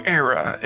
era